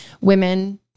women